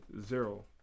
zero